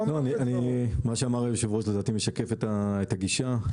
מה שאמר היושב-ראש לדעתי משקף את הגישה.